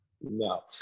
No